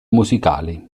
musicali